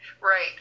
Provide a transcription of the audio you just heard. Right